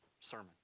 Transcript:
sermon